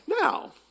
Now